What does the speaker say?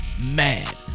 Mad